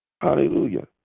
Hallelujah